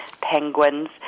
penguins